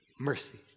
mercy